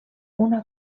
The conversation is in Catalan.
una